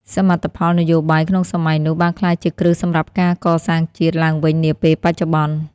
សមិទ្ធផលនយោបាយក្នុងសម័យនោះបានក្លាយជាគ្រឹះសម្រាប់ការកសាងជាតិឡើងវិញនាពេលបច្ចុប្បន្ន។